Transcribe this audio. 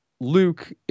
Luke